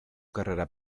carrera